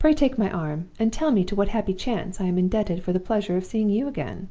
pray take my arm, and tell me to what happy chance i am indebted for the pleasure of seeing you again